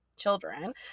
children